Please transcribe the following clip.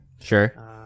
Sure